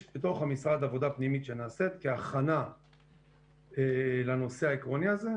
יש בתוך המשרד עבודה פנימית שנעשית כהכנה לנושא העקרוני הזה,